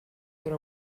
era